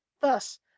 Thus